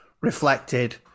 reflected